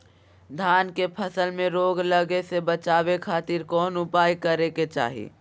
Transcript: धान के फसल में रोग लगे से बचावे खातिर कौन उपाय करे के चाही?